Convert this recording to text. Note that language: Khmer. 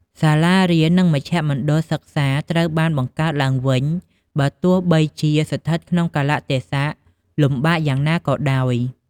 សាលារៀននិងមជ្ឈមណ្ឌលសិក្សាត្រូវបានបង្កើតឡើងវិញ បើទោះបីជាស្ថិតក្នុងកាលៈទេសៈលំបាកយ៉ាងណាក៏ដោយ។